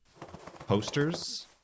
posters